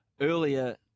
earlier